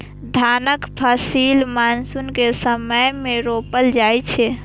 धानक फसिल मानसून के समय मे रोपल जाइ छै